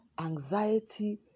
anxiety